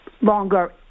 longer